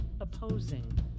opposing